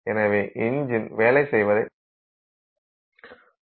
இந்த சிறிய இஞ்சின் மிக வேகமாக குளிர்விக்கப்படுவதால் அதன் இயக்கம் தடைபடுகிறது